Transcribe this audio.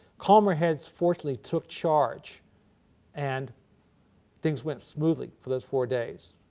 calmer heads fortunately took charge and things went smoothly for those four days.